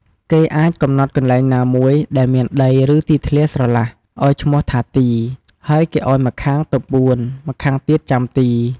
គេអាចកំណត់កន្លែងណាមួយ ដែលមានដី ឬ ទីធ្លាស្រឡះ ឱ្យឈ្មោះថា "ទី" ហើយគេឱ្យម្ខាងទៅពួន ម្ខាងទៀតចាំទី។